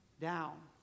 down